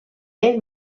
ell